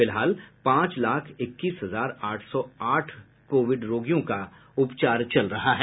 फिलहाल पांच लाख इक्कीस हजार आठ सौ आठ कोविड रोगियों का उपचार चल रहा है